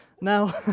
Now